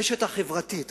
הרשת החברתית,